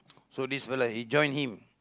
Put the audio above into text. so this fella he join him